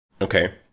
Okay